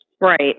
Right